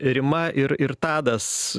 rima ir ir tadas